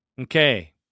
Okay